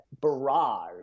barrage